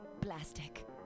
plastic